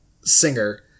singer –